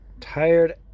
Tired